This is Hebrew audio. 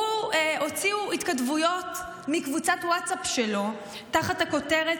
הוציאו התכתבויות מקבוצת ווטסאפ שלו תחת הכותרת: